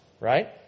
right